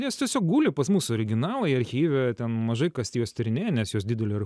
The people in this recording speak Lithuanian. jos tiesiog guli pas mus originalai archyve ten mažai kas juos tyrinėja nes jos didelio ir